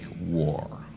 war